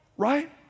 right